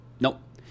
Nope